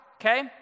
okay